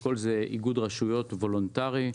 אשכול זה איגוד רשויות וולונטרי,